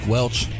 Welch